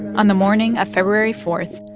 on the morning of february four,